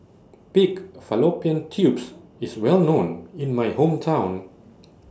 Pig Fallopian Tubes IS Well known in My Hometown